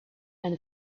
and